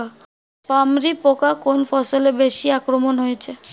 পামরি পোকা কোন ফসলে বেশি আক্রমণ হয়েছে?